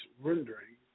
rendering